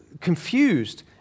confused